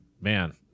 man